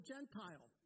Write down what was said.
Gentile